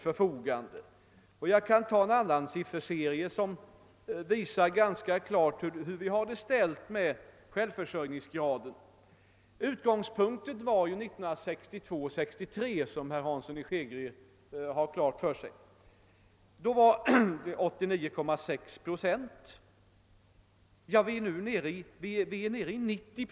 Jag kan också ta en annan sifferserie som klart visar hurudan vår självförsörjningsgrad är. Som herr Hansson i Skegrie vet hade vi 1962—1963 en självförsörjningsgrad på 89,6 procent, och nu är den 90,6 procent.